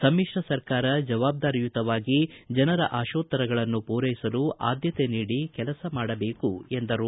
ಸಮಿತ್ರ ಸರ್ಕಾರ ಜವಾಬ್ದಾರಿಯುತವಾಗಿ ಜನರ ಆಶೋತ್ತರಗಳನ್ನು ಪೂರೈಸಲು ಆದ್ಯತೆ ನೀಡಿ ಕೆಲಸ ಮಾಡಬೇಕು ಎಂದರು